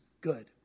good